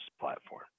platform